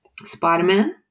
Spider-Man